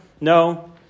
No